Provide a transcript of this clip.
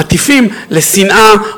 מטיפים לשנאה,